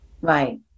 Right